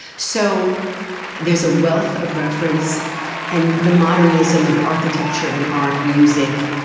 so there's a wealth of reference and the modernism of architecture and art, music,